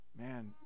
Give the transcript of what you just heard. man